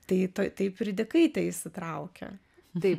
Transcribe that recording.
tai taip ridikaitė įsitraukia tai